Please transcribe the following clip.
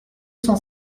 cent